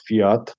fiat